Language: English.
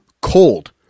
cold